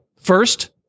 First